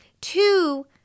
two